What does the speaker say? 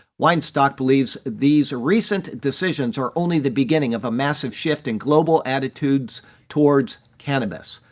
weinstock believes these recent decisions are only the beginning of a massive shift in global attitudes towards cannabis.